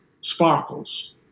sparkles